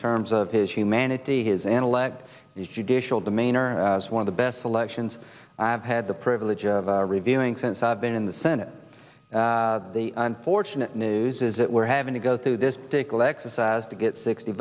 terms of his humanity his analects these judicial demeanor is one of the best elections i've had the privilege of reviewing since i've been in the senate the fortunate news is that we're having to go through this pickle exercise to get sixty